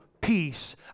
peace